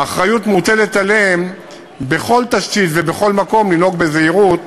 האחריות מוטלת עליהם בכל תשתית ובכל מקום לנהוג בזהירות,